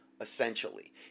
essentially